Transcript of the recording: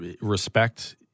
respect